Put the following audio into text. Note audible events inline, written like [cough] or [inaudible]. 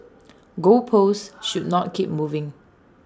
goal posts [noise] should not keep moving